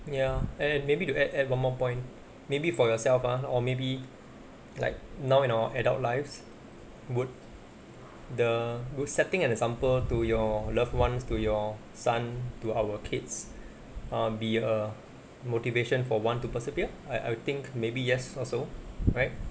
ya and and maybe to add add one more point maybe for yourself ah or maybe like now in our adult lives would the would setting an example to your loved ones to your son to our kids err be a motivation for one to persevere I I think maybe yes also right